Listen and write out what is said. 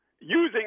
using